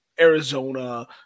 Arizona